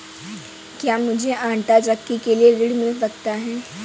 क्या मूझे आंटा चक्की के लिए ऋण मिल सकता है?